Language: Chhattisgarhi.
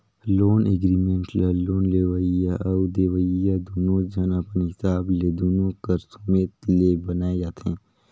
लोन एग्रीमेंट ल लोन लेवइया अउ देवइया दुनो झन अपन हिसाब ले दुनो कर सुमेत ले बनाए जाथें